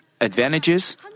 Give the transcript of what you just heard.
advantages